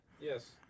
Yes